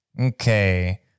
Okay